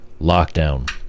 lockdown